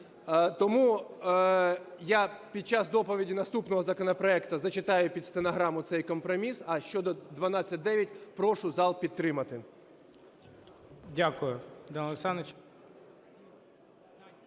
Тому я під час доповіді наступного законопроекту зачитаю під стенограму цей компроміс. А щодо 1209 прошу зал підтримати.